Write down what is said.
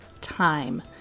time